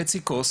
רק חצי כוס.